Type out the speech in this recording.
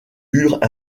eurent